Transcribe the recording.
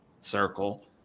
circle